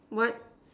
what